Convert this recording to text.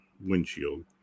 windshield